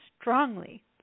strongly